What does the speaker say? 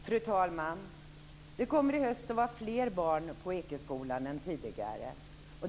Fru talman! Det kommer i höst att vara fler barn på Ekeskolan än tidigare.